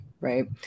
right